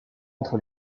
entre